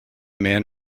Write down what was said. man